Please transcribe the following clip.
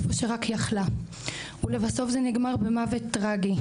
איפה שרק יכלה ולבסוף זה נגמר במוות טרגי,